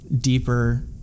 deeper